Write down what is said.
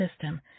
system